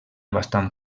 bastant